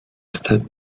stade